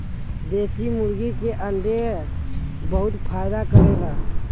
देशी मुर्गी के अंडा बहुते फायदा करेला